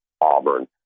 Auburn